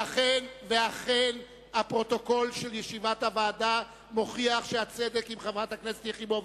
ואכן הפרוטוקול של ישיבת הוועדה מוכיח שהצדק עם חברת הכנסת יחימוביץ.